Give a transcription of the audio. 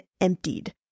emptied